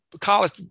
college